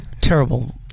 Terrible